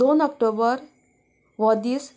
दोन ऑक्टोबर हो दीस